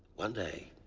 one day,